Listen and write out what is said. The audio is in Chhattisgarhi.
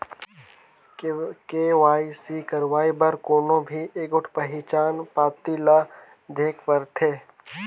के.वाई.सी करवाए बर कोनो भी एगोट पहिचान पाती ल देहेक परथे